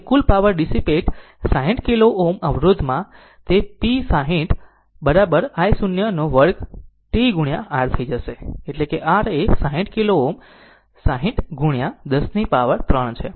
હવે કુલ power dissipate 60 kilo Ω અવરોધમાં એ P60 i 0 નો વર્ગ t ગુણ્યા R થઇ જશે એટલે કે R એ 60 કિલો Ω 60 ગુણ્યા 10 ની પાવર 3 છે